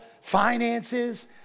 finances